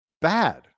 bad